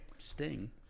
Sting